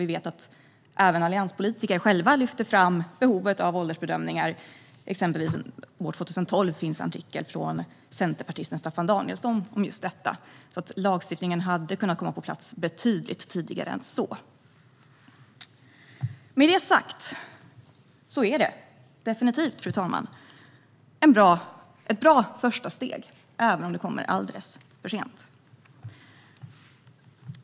Vi vet att även allianspolitiker har lyft fram behovet av åldersbedömningar - exempelvis finns en artikel från 2012 av centerpartisten Staffan Danielsson som handlar om just detta. Lagstiftningen hade kunnat komma på plats betydligt tidigare än vad som nu är fallet. Fru talman! Med detta sagt är det här definitivt ett bra första steg, även om det kommer alldeles för sent.